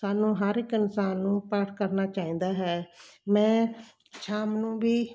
ਸਾਨੂੰ ਹਰ ਇੱਕ ਇਨਸਾਨ ਨੂੰ ਪਾਠ ਕਰਨਾ ਚਾਹੀਦਾ ਹੈ ਮੈਂ ਸ਼ਾਮ ਨੂੰ ਵੀ